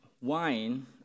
wine